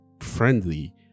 friendly